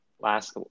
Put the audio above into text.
last